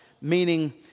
meaning